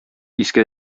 искә